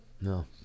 no